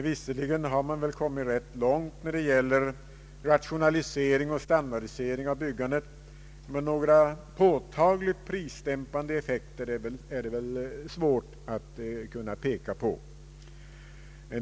Visserligen har man kommit rätt långt när det gäller rationalisering och standardisering av byggandet, men några påtagligt prisdämpande effekter är det väl svårt att peka på.